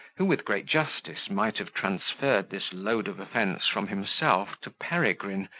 who, with great justice, might have transferred this load of offence from himself to peregrine,